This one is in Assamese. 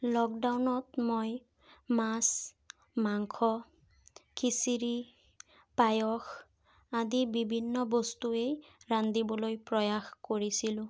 লকডাউনত মই মাছ মাংস খিচিৰি পায়স আদি বিভিন্ন বস্তুৱেই ৰান্ধিবলৈ প্ৰয়াস কৰিছিলোঁ